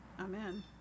amen